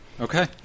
Okay